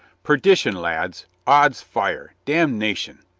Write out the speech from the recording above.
perdition, lads! ods fire! damnation!